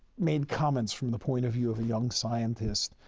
made comments from the point of view of a young scientist.